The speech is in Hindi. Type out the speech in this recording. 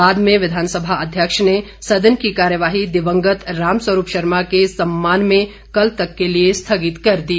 बाद में विधानसभा अध्यक्ष ने सदन की कार्यवाही दिवंगत रामस्वरूप शर्मा के सम्मान में कल तक के लिए स्थगित कर दी